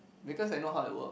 because I know how it work